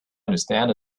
understand